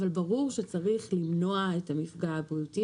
אבל ברור שצריך למנוע את המפגע הבריאותי